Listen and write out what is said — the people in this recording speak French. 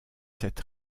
cette